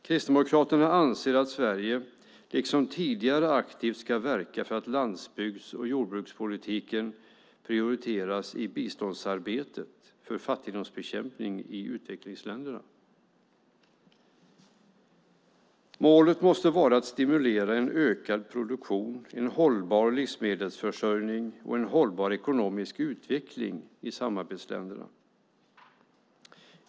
Kristdemokraterna anser att Sverige, liksom tidigare, aktivt ska verka för att landsbygds och jordbrukspolitiken prioriteras i biståndsarbetet när det gäller fattigdomsbekämpning i utvecklingsländerna. Målet måste vara att stimulera en ökad produktion, en hållbar livsmedelsförsörjning och en hållbar ekonomisk utveckling i samarbetsländerna.